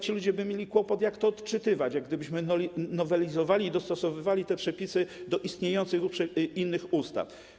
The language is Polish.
Ci ludzie mieliby kłopot, jak to odczytywać, gdybyśmy nowelizowali i dostosowywali te przepisy do istniejących innych ustaw.